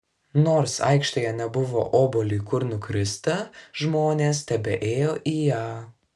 nors aikštėje nebuvo obuoliui kur nukristi žmonės tebeėjo į ją